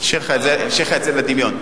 משאיר לך את זה לדמיון.